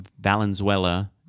Valenzuela